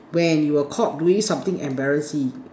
when you were caught doing something embarrassing